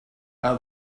are